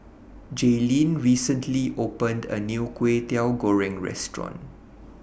Jaelynn recently opened A New Kway Teow Goreng Restaurant